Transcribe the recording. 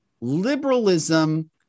liberalism